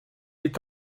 est